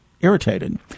irritated